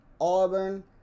Auburn